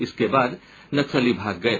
इसके बाद नक्सली भाग गये